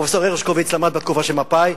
פרופסור הרשקוביץ למד בתקופה של מפא"י,